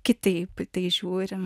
kitaip į tai žiūrim